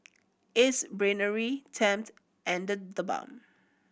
Ace Brainery Tempt and TheBalm